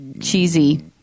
cheesy